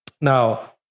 Now